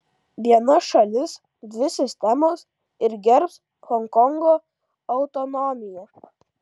viena šalis dvi sistemos ir gerbs honkongo autonomiją